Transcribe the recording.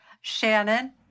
Shannon